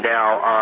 Now